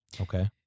Okay